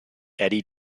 eddy